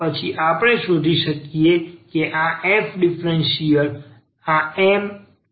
પછી આપણે શોધી શકીએ કે આ f ડીફરન્સીયલ આ MdxNdyછે